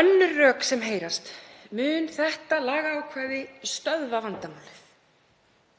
Önnur rök sem heyrast: Mun þetta lagaákvæði stöðva vandamálið?